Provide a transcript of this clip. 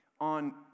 on